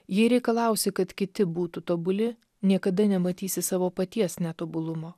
jei reikalausi kad kiti būtų tobuli niekada nematysi savo paties netobulumo